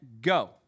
go